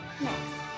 next